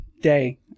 day